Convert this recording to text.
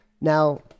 Now